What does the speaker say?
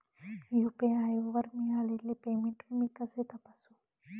UPI वर मिळालेले payment मी कसे तपासू?